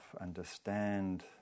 understand